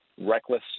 reckless